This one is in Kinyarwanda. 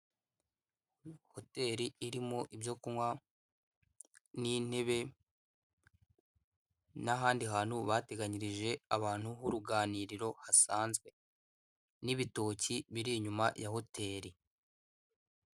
Hoteri irimo ibyo kunywa n'intebe n'ahandi hantu bateganyirije abantu h'uruganiriro hasanzwe n'ibitoki biri inyuma ya hoteri.